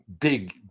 Big